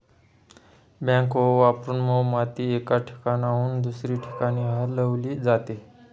backhoe वापरून मऊ माती एका ठिकाणाहून दुसऱ्या ठिकाणी हलवली जाते